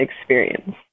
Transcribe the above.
experience